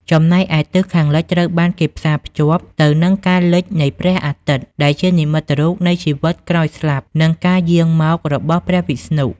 ចំណែកឯទិសខាងលិចត្រូវបានគេផ្សារភ្ជាប់ទៅនឹងការលិចនៃព្រះអាទិត្យដែលជានិមិត្តរូបនៃជីវិតក្រោយស្លាប់និងការយាងមករបស់ព្រះវិស្ណុ។